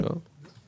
לא.